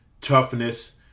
toughness